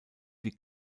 wie